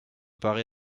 paraît